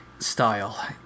Style